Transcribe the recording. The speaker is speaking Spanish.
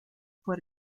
fue